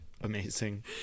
Amazing